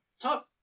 tough